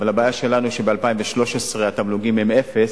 אבל הבעיה שלנו היא שב-2013 התמלוגים הם אפס.